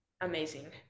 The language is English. Amazing